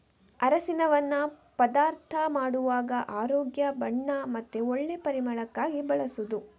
ಅರಸಿನವನ್ನ ಪದಾರ್ಥ ಮಾಡುವಾಗ ಆರೋಗ್ಯ, ಬಣ್ಣ ಮತ್ತೆ ಒಳ್ಳೆ ಪರಿಮಳಕ್ಕಾಗಿ ಬಳಸುದು